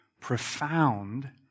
Profound